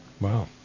Wow